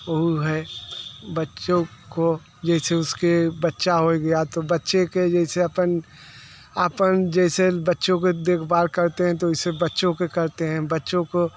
वो बच्चों को जैसे उसके बच्चा हो गया तो बच्चे के जैसे अपन अपन जैसे बच्चों को देखभाल करते हैं तो ऐसे बच्चों का करते हैं बच्चों को